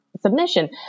submission